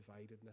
dividedness